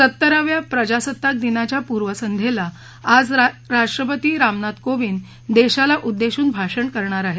सत्तराव्या प्रजासत्ताक दिनाच्या पूर्वसंघ्येला आज राष्ट्रपती रामनाथ कोविंद देशाला उद्देशून भाषण करणार आहेत